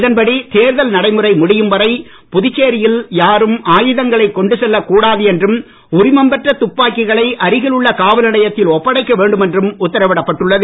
இதன்படி தேர்தல் நடைமுறை முடியும் வரை புதுச்சேரியில் யாரும் ஆயுதங்களை கொண்டு செல்லக் கூடாது என்றும் உரிமம் பெற்ற துப்பாக்கிகளை அருகில் உள்ள காவல்நிலையத்தில் ஒப்படைக்க வேண்டும் என்றும் உத்தரவிடப் பட்டுள்ளது